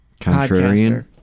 Contrarian